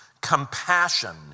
compassion